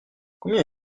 combien